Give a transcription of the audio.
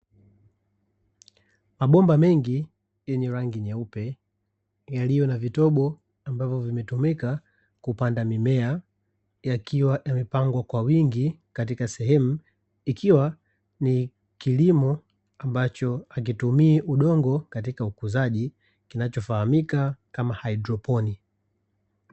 Mabomba mengi yenye rangi nyeupe yaliyo na vidogo ambavyo vimetumika kupanda mimea yakiwa yamepangwa kwa wingi katika sehemu ikiwa ni kilimo ambacho hakitumii udongo katika ukuzaji kinachofahamika kama hydroponi.